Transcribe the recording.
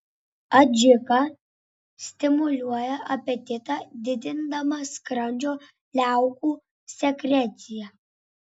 adžika stimuliuoja apetitą didindama skrandžio liaukų sekreciją